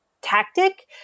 tactic